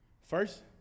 First